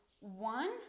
one